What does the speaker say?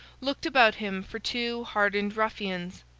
looked about him for two hardened ruffians,